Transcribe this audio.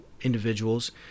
individuals